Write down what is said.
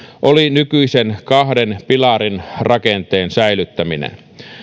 oli nykyisen kahden pilarin rakenteen säilyttäminen